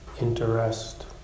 interest